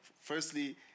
firstly